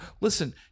Listen